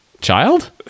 child